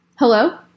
Hello